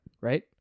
Right